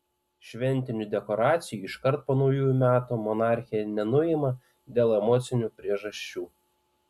šventinių dekoracijų iškart po naujųjų metų monarchė nenuima dėl emocinių priežasčių